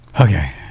Okay